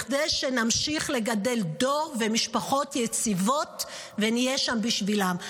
כדי שנמשיך לגדל דור ומשפחות יציבות ונהיה שם בשבילם.